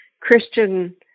Christian